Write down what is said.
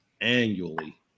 annually